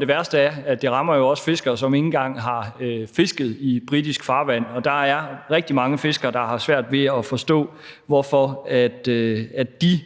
Det værste er, at det jo også rammer fiskere, som ikke engang har fisket i britisk farvand, og der er rigtig mange fiskere, der har svært ved at forstå, hvorfor de